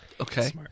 Okay